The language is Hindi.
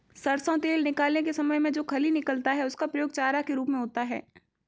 सरसों तेल निकालने के समय में जो खली निकलता है उसका प्रयोग चारा के रूप में होता है